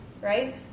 right